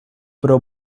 pro